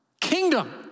kingdom